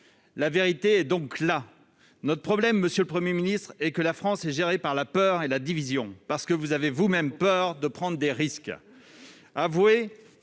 La vérité est donc là ! Notre problème, monsieur le Premier ministre, est que la France est gérée par la peur et la division parce que vous avez vous-même peur de prendre des risques.